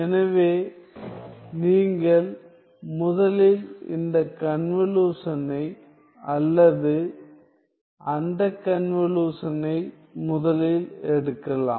எனவே நீங்கள் முதலில் இந்த கன்வலுஷனை அல்லது அந்த கன்வலுஷனை முதலில் எடுக்கலாம்